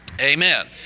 Amen